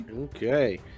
Okay